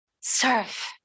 Serve